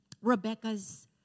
Rebecca's